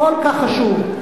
כל כך חשוב.